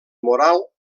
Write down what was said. moral